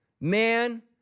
Man